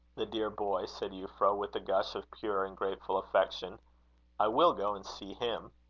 the dear boy! said euphra, with a gush of pure and grateful affection i will go and see him.